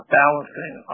balancing